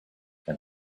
and